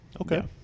okay